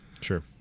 Sure